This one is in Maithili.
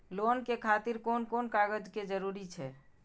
लोन के खातिर कोन कोन कागज के जरूरी छै?